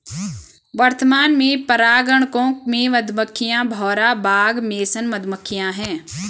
वर्तमान में परागणकों में मधुमक्खियां, भौरा, बाग मेसन मधुमक्खियाँ है